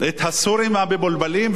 את הסורים המבולבלים?